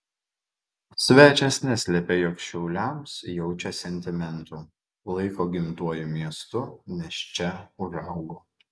svečias neslėpė jog šiauliams jaučia sentimentų laiko gimtuoju miestu nes čia užaugo